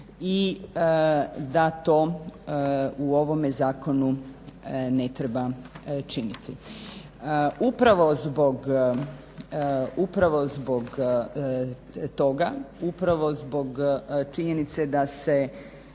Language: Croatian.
i da to u ovome zakonu ne treba činiti. Upravo zbog toga, upravo zbog činjenice da se